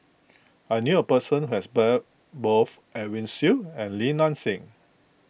I knew a person who has bet both Edwin Siew and Li Nanxing